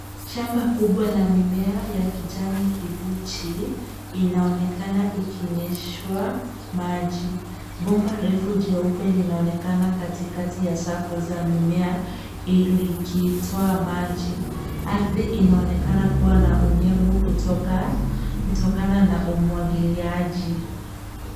Shamba kubwa la mimea ya kijani kibichi, inaonekana ikinyeshwa maji. Bomba refu jeupe linaonekana katikati ya safu za mimea likitoa maji. Ardhi inaonekana kuwa na unyevu kutokana na umwagiliaji.